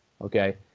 okay